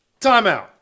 Timeout